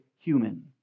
human